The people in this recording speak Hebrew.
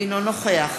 אינו נוכח